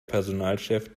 personalchef